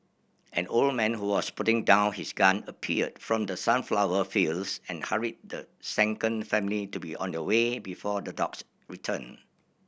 an old man who was putting down his gun appeared from the sunflower fields and hurried the shaken family to be on their way before the dogs return